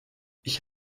ich